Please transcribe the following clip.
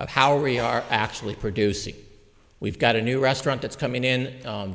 of how ready are actually producing we've got a new restaurant that's coming in